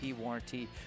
warranty